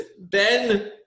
Ben